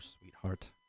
sweetheart